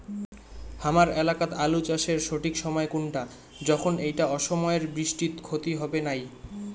হামার এলাকাত আলু চাষের সঠিক সময় কুনটা যখন এইটা অসময়ের বৃষ্টিত ক্ষতি হবে নাই?